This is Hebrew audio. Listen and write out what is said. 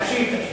תקשיב.